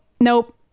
nope